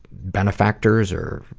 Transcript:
benefactors or,